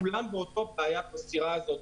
כולם באותה בעיה בסירה הזו.